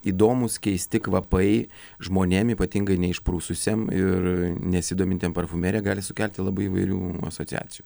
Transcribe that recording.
įdomūs keisti kvapai žmonėm ypatingai neišprususiem ir nesidomintiem parfumerija gali sukelti labai įvairių asociacijų